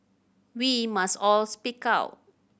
we must all speak out